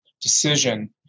decision